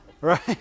right